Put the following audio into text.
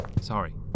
Sorry